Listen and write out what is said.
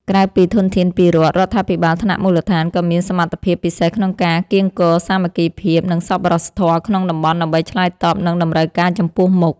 ក្រៅពីធនធានពីរដ្ឋ រដ្ឋាភិបាលថ្នាក់មូលដ្ឋានក៏មានសមត្ថភាពពិសេសក្នុងការកៀងគរសាមគ្គីភាព និងសប្បុរសធម៌ក្នុងតំបន់ដើម្បីឆ្លើយតបនឹងតម្រូវការចំពោះមុខ។